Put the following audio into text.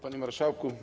Panie Marszałku!